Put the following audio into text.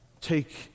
Take